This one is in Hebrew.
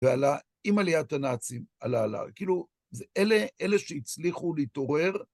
ועלה, עם עליית הנאצים, עלה, כאילו, אלה שהצליחו להתעורר.